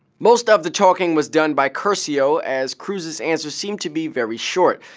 most of the talking was done by curcio, as cruz's answers seem to be very short.